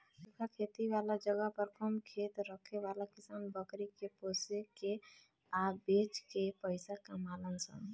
सूखा खेती वाला जगह पर कम खेत रखे वाला किसान बकरी के पोसे के आ बेच के पइसा कमालन सन